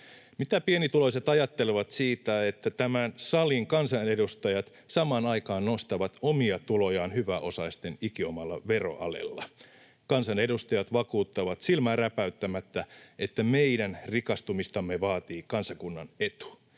Mitä pienituloiset ajattelevat siitä, että tämän salin kansanedustajat samaan aikaan nostavat omia tulojaan hyväosaisten ikiomalla veroalella? Kansanedustajat vakuuttavat silmää räpäyttämättä, että meidän rikastumistamme vaatii kansakunnan etu,